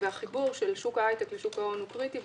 והחיבור של שוק ההייטק לשוק ההון הוא קריטי.